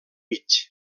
mig